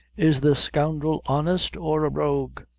is the scoundrel honest, or a rogue?